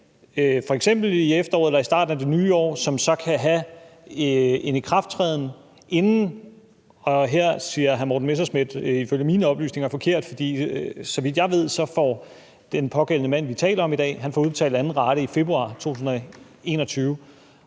f.eks. i efteråret eller i starten af det nye år, som så kan have en ikrafttræden inden. Og her siger hr. Morten Messerschmidt ifølge mine oplysninger noget forkert, for så vidt jeg ved, får den pågældende mand, vi taler om i dag, udbetalt anden rate i februar 2021,